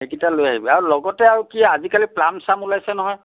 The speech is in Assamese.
এইকেইটা লৈ আহিবি আৰু লগতে আৰু কি আজিকালি প্লাম চাম ওলাইছে নহয়